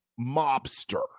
mobster